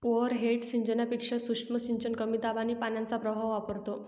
overhead सिंचनापेक्षा सूक्ष्म सिंचन कमी दाब आणि पाण्याचा प्रवाह वापरतो